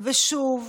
ושוב